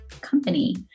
company